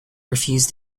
refused